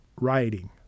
writing